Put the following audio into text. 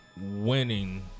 winning